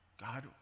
God